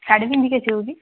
ଶାଢ଼ୀ ପିନ୍ଧିକି ଆସିବୁ କି